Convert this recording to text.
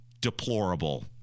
deplorable